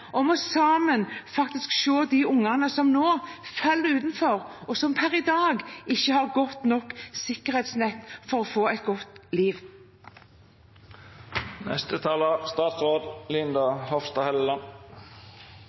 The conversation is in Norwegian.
sammen – å se de ungene som nå faller utenfor, og som per i dag ikke har et godt nok sikkerhetsnett til å få et godt